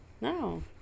No